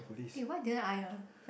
eh what didn't I ah